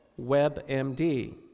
WebMD